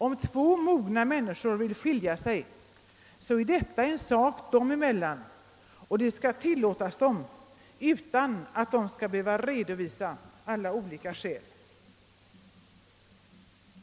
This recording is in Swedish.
Om två mogna människor vill skilja sig, är detta en sak dem emellan, och det skall tillåtas dem utan att de skall behöva redovisa alla olika skäl.